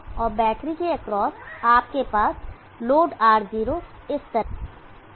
और बैटरी के एक्रॉस आपके पास लोड R0 इस तरह हो सकता है